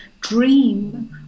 dream